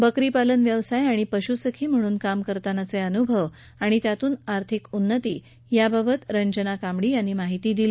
बकरी पालन व्यवसाय आणि पशुसखी म्हणून काम करतानाचे अनुभव आणि त्यातून आर्थिक उन्नती याबाबत रंजना कामडी यांनी माहिती दिली